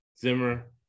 Zimmer